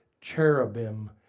cherubim